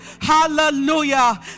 Hallelujah